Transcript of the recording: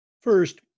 First